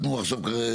תנו עכשיו.